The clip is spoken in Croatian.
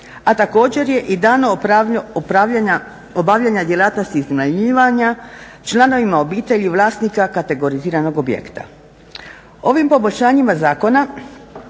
A također je i dano upravljanje obavljanja djelatnosti iznajmljivanja članovima obitelji i vlasnika kategoriziranog objekta. Ovim poboljšanjima zakona